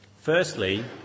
Firstly